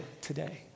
today